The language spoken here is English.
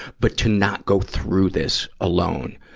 but to not go through this alone.